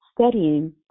studying